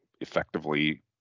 effectively